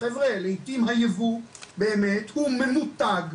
חבר'ה לעיתים הייבוא באמת הוא ממותג,